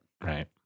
Right